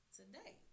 today